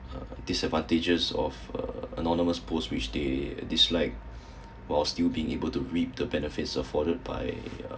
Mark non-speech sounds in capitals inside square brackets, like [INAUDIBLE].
uh disadvantages of uh anonymous post which stay dislike [BREATH] while still being able to read the benefits supported by uh